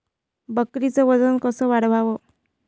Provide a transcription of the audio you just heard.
बकरीचं वजन कस वाढवाव?